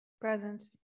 Present